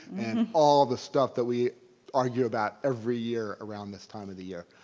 and all the stuff that we argue about every year around this time of the year.